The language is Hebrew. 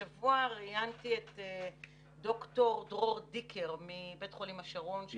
השבוע ראיינתי את ד"ר דרור דיקר מבית חולים השרון.